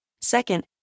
Second